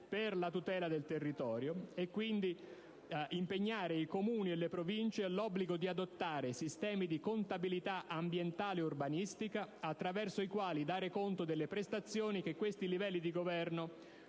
per la tutela del territorio. Quindi, riteniamo necessario impegnare i Comuni e le Province all'obbligo di adottare sistemi di contabilità ambientale ed urbanistica, attraverso i quali dare conto delle prestazioni che questi livelli di governo